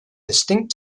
distinct